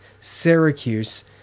Syracuse